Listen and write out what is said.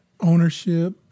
ownership